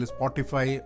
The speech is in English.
Spotify